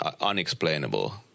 unexplainable